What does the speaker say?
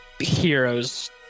heroes